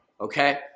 okay